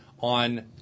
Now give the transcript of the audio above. On